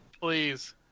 Please